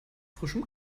frischem